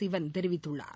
சிவன் தெரிவித்துள்ளார்